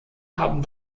haben